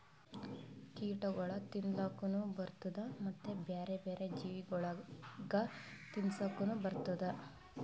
ಕೀಟಗೊಳ್ ತಿನ್ಲುಕನು ಬರ್ತ್ತುದ ಮತ್ತ ಬ್ಯಾರೆ ಬ್ಯಾರೆ ಜೀವಿಗೊಳಿಗ್ ತಿನ್ಸುಕನು ಬರ್ತ್ತುದ